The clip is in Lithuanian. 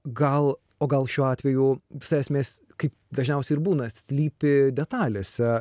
gal o gal šiuo atveju visa esmė kaip dažniausiai ir būna slypi detalėse